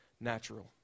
natural